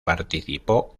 participó